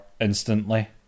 instantly